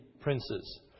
Princes